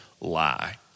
lie